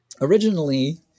originally